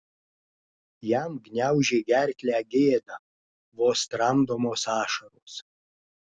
jam gniaužė gerklę gėda vos tramdomos ašaros